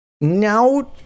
now